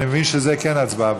אני מבין שתהיה הצבעה